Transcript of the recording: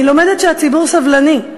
אני לומדת שהציבור סובלני,